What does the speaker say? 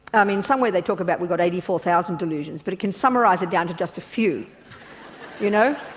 i mean somewhere they talk about we've got eighty four thousand delusions but it can summarise it down to just a few you know.